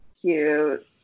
Cute